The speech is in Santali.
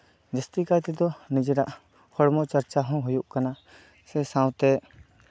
ᱡᱟᱹᱥᱛᱤ ᱠᱟᱭ ᱛᱮᱫᱚ ᱱᱤᱡᱮᱨᱟᱜ ᱦᱚᱲᱢᱚ ᱪᱟᱨᱪᱟ ᱦᱚᱸ ᱦᱚᱭᱳᱜ ᱠᱟᱱᱟ ᱥᱮ ᱥᱟᱶᱛᱮ